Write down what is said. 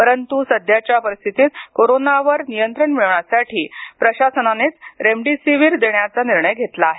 परंतु सध्याच्या परिस्थितीत कोरोनावर नियंत्रण मिळवण्यासाठी प्रशासनानेच रेमडिसीवीर देण्याचा निर्णय घेतला आहे